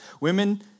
women